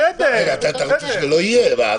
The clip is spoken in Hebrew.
רגע, אתה רוצה שזה לא יהיה?